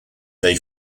they